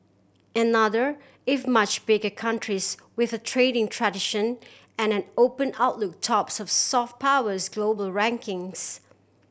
another if much bigger countries with a trading tradition and an open outlook tops the soft powers global rankings